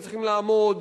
וצריכים לעמוד,